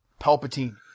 Palpatine